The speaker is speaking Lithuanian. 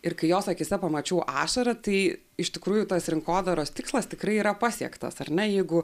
ir kai jos akyse pamačiau ašarą tai iš tikrųjų tas rinkodaros tikslas tikrai yra pasiektas ar ne jeigu